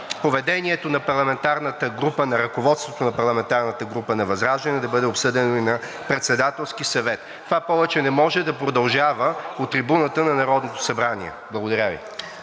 поведението на ръководството на парламентарната група на ВЪЗРАЖДАНЕ да бъде обсъдено и на Председателски съвет. Това повече не може да продължава от трибуната на Народното събрание. Благодаря Ви.